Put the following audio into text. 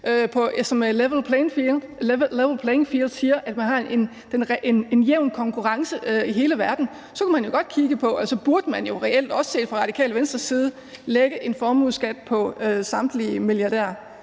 i level playing field, siger, at vi har en jævn konkurrence i hele verden, så kunne man jo godt kigge på, og det burde man reelt, også set fra Radikale Venstres side, at lægge en formueskat på samtlige milliardærer,